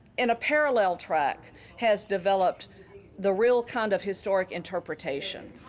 and a parallel track has developed the real kind of historic interpretation,